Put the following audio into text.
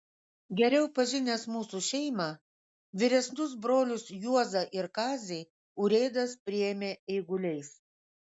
geriau pažinęs mūsų šeimą vyresnius brolius juozą ir kazį urėdas priėmė eiguliais